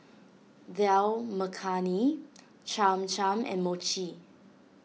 Dal Makhani Cham Cham and Mochi